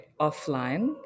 offline